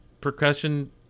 percussion